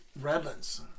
Redlands